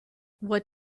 what